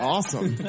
Awesome